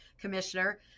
commissioner